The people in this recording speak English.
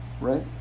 right